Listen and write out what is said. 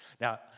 Now